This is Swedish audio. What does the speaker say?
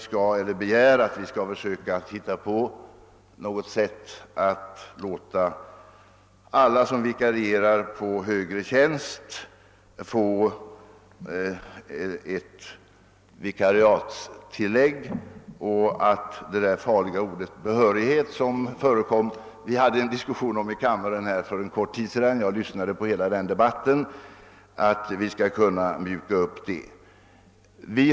Slutligen begärde herr Oskarson att alla som vikarierar på högre tjänst skall få vikariatstillägg samt att det farliga ordet behörighet som nu förekommer — vi hade som bekant för kort tid scdan en diskussion om den saken här i kammaren, och jag lyssnade uppmärksamt på hela den debatten — skulle tas bort. Vi skulle alltså mjuka upp kravet på behörighet.